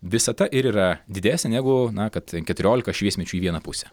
visata ir yra didesnė negu kad keturiolika šviesmečių į vieną pusę